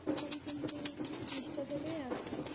তখন কিন্তু চেষ্টা থেকেই আঁকতাম